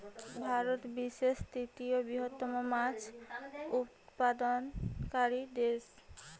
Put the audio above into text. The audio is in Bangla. ভারত বিশ্বের তৃতীয় বৃহত্তম মাছ উৎপাদনকারী দেশ